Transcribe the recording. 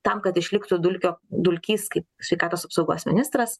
tam kad išliktų dulkio dulkys kaip sveikatos apsaugos ministras